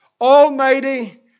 Almighty